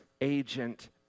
agent